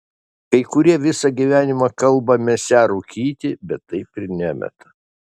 kai kurie visą gyvenimą kalba mesią rūkyti bet taip ir nemeta